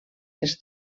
les